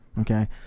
Okay